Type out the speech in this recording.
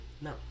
No